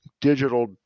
digital